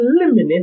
eliminate